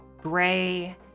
gray